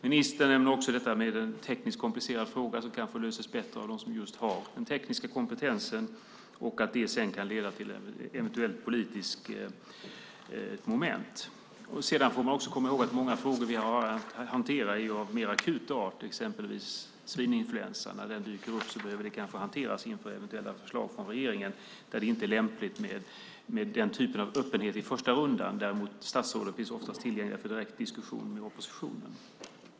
Ministern nämner att en tekniskt komplicerad fråga kanske löses bättre av dem som just har den tekniska kompetensen och att det sedan kan leda till ett eventuellt politiskt moment. Vi får också komma ihåg att många frågor som vi har att hantera är av mer akut art, exempelvis svininfluensan. När de dyker upp behöver de kanske hanteras inför eventuella förslag från regeringen. Där är det inte lämpligt med den typen av öppenhet i första rundan. Däremot finns statsråden oftast tillgängliga för direkt diskussion med oppositionen.